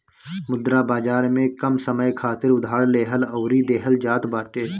मुद्रा बाजार में कम समय खातिर उधार लेहल अउरी देहल जात बाटे